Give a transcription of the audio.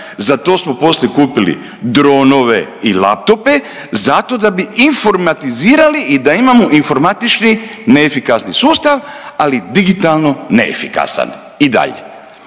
zato smo poslije kupili dronove i laptope zato da bi informatizirali i da imamo informatički neefikasni sustav, ali digitalno neefikasan i dalje.